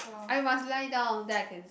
I must lie down then I can